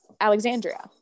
alexandria